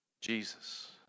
Jesus